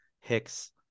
Hicks